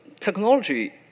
Technology